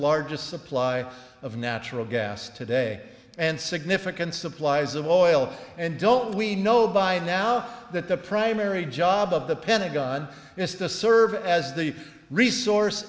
largest supply of natural gas today and significant supplies of oil and don't we know by now that the primary job of the pentagon is to serve as the resource